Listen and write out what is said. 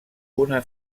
una